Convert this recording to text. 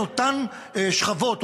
אותן שכבות,